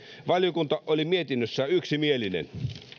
valiokunta oli mietinnössään yksimielinen